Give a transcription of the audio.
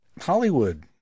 Hollywood